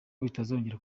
bitazongera